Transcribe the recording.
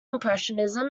impressionism